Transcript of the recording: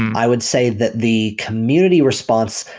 i would say that the community response,